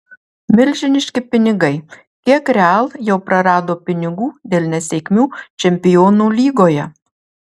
milžiniški pinigai kiek real jau prarado pinigų dėl nesėkmių čempionų lygoje